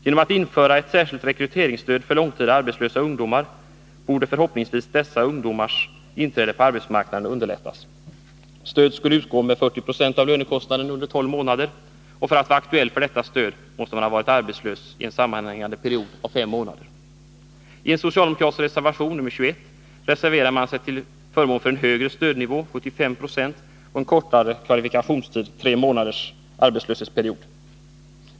Genom införande av ett särskilt rekryteringsstöd för långtida arbetslösa ungdomar borde förhoppningsvis dessa ungdomars inträde på arbetsmarknaden underlättas. Stöd skulle utgå med 40 96 av lönekostnaden under tolv månader. För att vara aktuell för detta stöd måste man ha varit arbetslös i en sammanhängande period av fem månader.